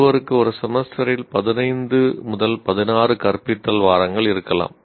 ஒருவருக்கு ஒரு செமஸ்டரில் 15 16 கற்பித்தல் வாரங்கள் இருக்கலாம்